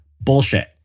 Bullshit